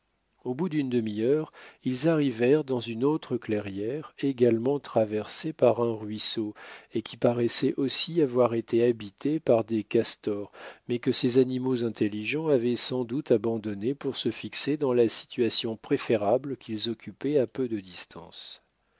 au bout d'une demi-heure ils arrivèrent dans une autre clairière également traversée par un ruisseau et qui paraissait aussi avoir été habitée par des castors mais que ces animaux intelligents avaient sans doute abandonnée pour se fixer dans la situation préférable qu'ils occupaient à peu de distance